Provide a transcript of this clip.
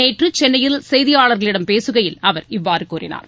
நேற்று சென்னையில் செய்தியாளர்களிடம் பேசுகையில் அவர் இவ்வாறு கூறினார்